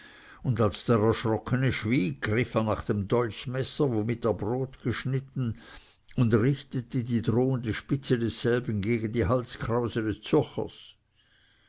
und als der erschrockene schwieg griff er nach dem dolchmesser womit er brot geschnitten und richtete die drohende spitze desselben gegen die halskrause